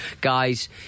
guys